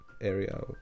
area